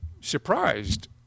surprised